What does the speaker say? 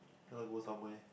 want to go somewhere